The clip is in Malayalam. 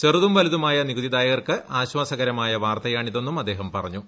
ചെറുതും വലുതുമായ നികുതിദായകർക്ക് ആശ്വാസകരമായ വാർത്തയാണിതെന്നും അദ്ദേഹം പറഞ്ഞു